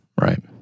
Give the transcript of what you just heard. right